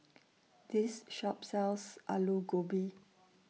This Shop sells Alu Gobi